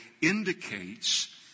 indicates